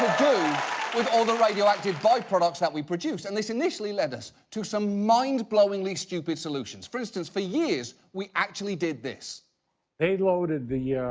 do with all the radioactive byproducts that we produced. and this initially led us to some mind-blowingly stupid solutions. for instance, for years, we actually did this. man they loaded the, yeah